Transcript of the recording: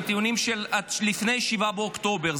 הם טיעונים של לפני 7 באוקטובר.